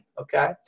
okay